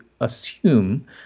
assume